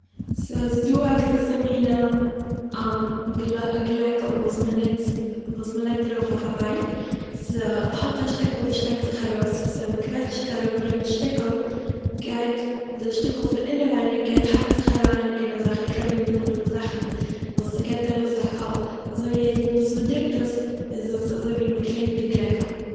ס'איז דא א געוויסע מינע גלע- גלעקל וואס מ'נוצט- ווא- וואס מ'לייגט ארויף אויף א בייק, ס'האט א שטיקל וואס שטעקט זיך ארויס וואס ווען מ'קוועטשט אראפ יענע שטיקל גייט די שטיקל פון אינעווייניג האקט זיך אריין אין אזאלכע קליינע זילבערנע זאכן וואס ס'געבט ארויס א קול אזוי יעדע מאל וואס מ'דרוקט עס איז עס אזוי ווי מ'קלינגט די גלעקל